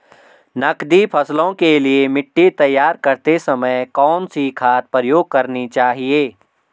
नकदी फसलों के लिए मिट्टी तैयार करते समय कौन सी खाद प्रयोग करनी चाहिए?